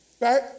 Right